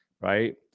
right